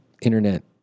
Internet